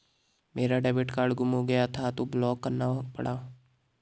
मेरा debit card गुम हो गया था तो ब्लॉक करना पड़ा